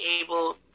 able